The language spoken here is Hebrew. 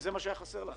אם זה מה שהיה חסר לכם.